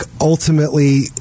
ultimately